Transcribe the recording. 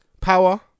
Power